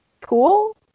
Pool